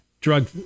drug